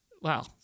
Wow